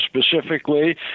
specifically